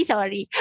Sorry